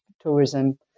tourism